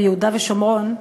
ביהודה ושומרון,